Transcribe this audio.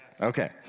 Okay